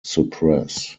suppress